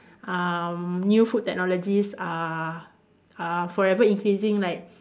um new food technologies are are forever increasing like